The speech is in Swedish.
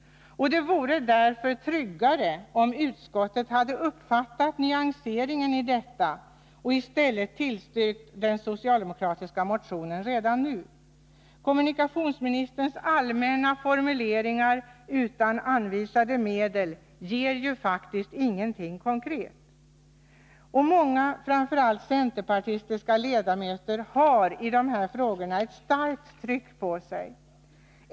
Det vore därför tryggare om utskottet hade uppfattat nyanseringen i detta och tillstyrkt den socialdemokratiska motionen redan nu. Kommunikationsministerns allmänna formuleringar utan anvisade medel ger ju faktiskt ingenting konkret. Många, framför allt centerpartistiska, ledamöter har i de här frågorna ett starkt tryck på sig.